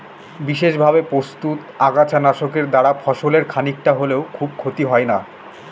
বিশেষভাবে প্রস্তুত আগাছা নাশকের দ্বারা ফসলের খানিকটা হলেও খুব ক্ষতি হয় না